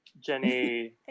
Jenny